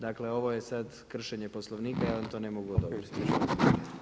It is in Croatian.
Dakle ovo je sada kršenje Poslovnika i ja vam to ne mogu odobriti.